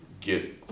get